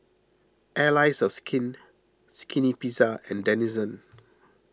Allies of Skin Skinny Pizza and Denizen